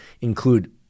include